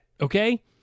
Okay